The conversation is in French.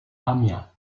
amiens